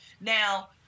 Now